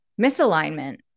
misalignment